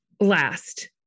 Last